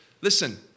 listen